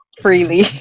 freely